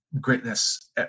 greatness